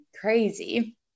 crazy